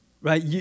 Right